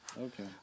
Okay